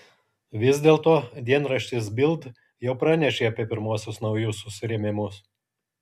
vis dėlto dienraštis bild jau pranešė apie pirmuosius naujus susirėmimus